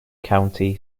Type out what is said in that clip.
county